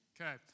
Okay